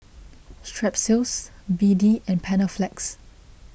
Strepsils B D and Panaflex